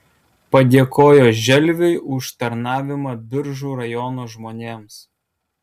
padėkojo želviui už tarnavimą biržų rajono žmonėms